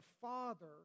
father